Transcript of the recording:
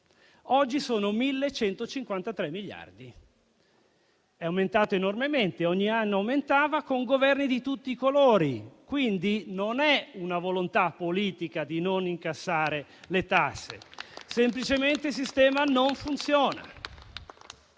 oggi sono 1.153 miliardi. È aumentato enormemente, perché ogni anno aumentava con Governi di tutti i colori. Quindi, non vi è la volontà politica di non incassare le tasse. Semplicemente, il sistema non funziona.